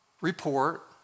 report